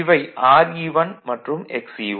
இவை Re1 மற்றும் Xe1